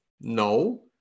No